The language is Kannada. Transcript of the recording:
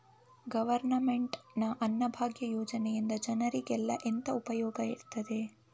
ಗವರ್ನಮೆಂಟ್ ನ ಅನ್ನಭಾಗ್ಯ ಯೋಜನೆಯಿಂದ ಜನರಿಗೆಲ್ಲ ಎಂತ ಉಪಯೋಗ ಇರ್ತದೆ?